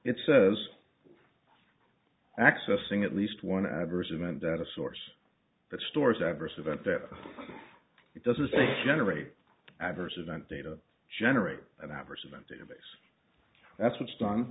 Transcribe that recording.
it says accessing at least one adverse event data source that stores adverse event that it doesn't say generate adverse event data generate an adverse event data base that's what's done